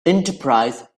enterprise